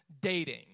Dating